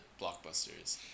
blockbusters